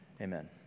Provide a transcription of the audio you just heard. Amen